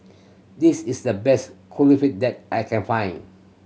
this is the best Kulfi that I can find